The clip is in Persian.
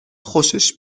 خوشش